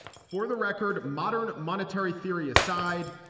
for the record, modern monetary theory aside,